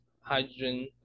hydrogen